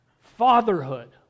Fatherhood